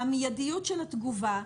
המיידיות של התגובה,